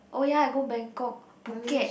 oh ya I go Bangkok Phuket